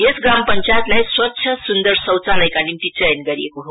यस ग्राम पंचायतलाई स्वच्छ सुन्दर शौलचालका नित्ति चयन गरिएको हो